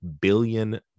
billion